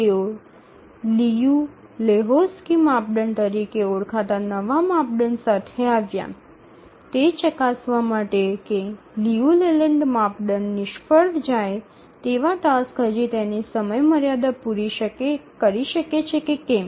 તેઓ લિયુ લેહોક્સ્કી માપદંડ તરીકે ઓળખાતા નવા માપદંડ સાથે આવ્યા તે ચકાસવા માટે કે લિયુ લેલેન્ડ માપદંડ નિષ્ફળ જાય તેવા ટાસક્સ હજી તેની સમયમર્યાદા પૂરી કરી શકે છે કે કેમ